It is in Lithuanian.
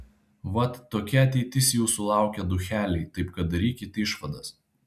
vat tokia ateitis jūsų laukia ducheliai taip kad darykit išvadas